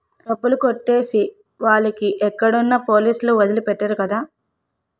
డబ్బులు కొట్టేసే వాళ్ళు ఎక్కడున్నా పోలీసులు వదిలి పెట్టరు కదా